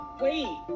wait